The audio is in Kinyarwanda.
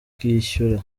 bwishyura